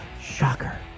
Shocker